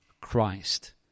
Christ